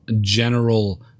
general